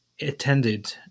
attended